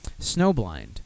Snowblind